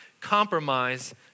compromise